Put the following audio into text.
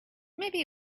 maybe